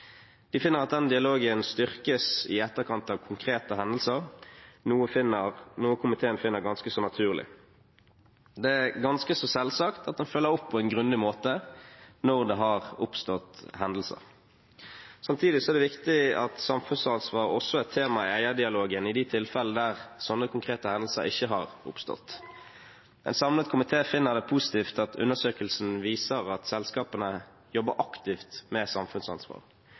De finner at den dialogen styrkes i etterkant av konkrete hendelser, noe komiteen finner ganske naturlig. Det er ganske selvsagt at en følger opp på en grundig måte når det har oppstått hendelser. Samtidig er det viktig at samfunnsansvar også er tema i eierdialogen i de tilfeller der sånne konkrete hendelser ikke har oppstått. En samlet komité finner det positivt at undersøkelsen viser at selskapene jobber aktivt med samfunnsansvar.